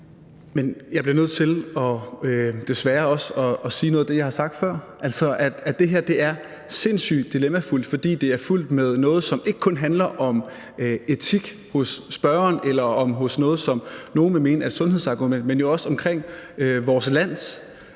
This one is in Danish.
også nødt til at sige noget af det, jeg har sagt før, altså at det her er sindssygt dilemmafyldt, fordi det er fuldt af noget, som ikke kun handler om etik hos spørgeren eller, som nogle vil mene, er et sundhedsargument, men jo også drejer sig om vores lands,